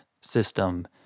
system